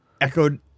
echoed